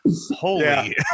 Holy